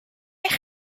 eich